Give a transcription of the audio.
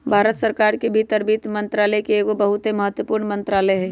भारत सरकार के भीतर वित्त मंत्रालय एगो बहुते महत्वपूर्ण मंत्रालय हइ